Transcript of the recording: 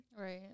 Right